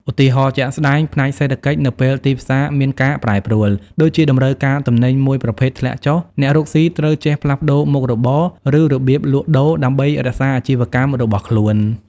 ឧទាហរណ៍ជាក់ស្ដែង ផ្នែកសេដ្ឋកិច្ច នៅពេលទីផ្សារមានការប្រែប្រួល (ដូចជាតម្រូវការទំនិញមួយប្រភេទធ្លាក់ចុះ) អ្នករកស៊ីត្រូវចេះផ្លាស់ប្តូរមុខរបរ ឬរបៀបលក់ដូរ ដើម្បីរក្សាអាជីវកម្មរបស់ខ្លួន។